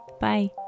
Bye